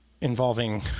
involving